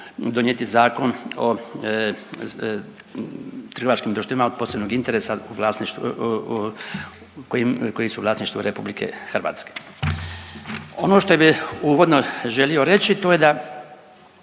donijeti Zakon o trgovačkim društvima od posebnog interesa u vlasništvu koji su u vlasništvu RH. Ono što bih uvodno želio reći to je da